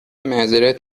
معذرت